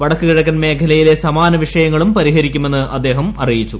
വടക്കു കിഴക്കൻ മേഖലയിലെ സമാന വിഷയങ്ങളും പരിഹ്രിക്കുമെന്ന് അദ്ദേഹം അറിയിച്ചു